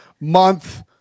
month